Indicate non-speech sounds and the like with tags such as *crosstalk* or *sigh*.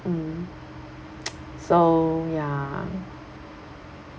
mm *noise* so ya